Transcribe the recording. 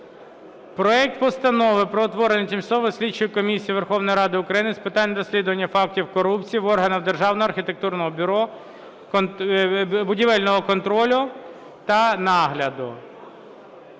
Проект Постанови про утворення Тимчасової слідчої комісії Верховної Ради України з питань розслідування фактів корупції в органах державного архітектурно-будівельного контролю та нагляду.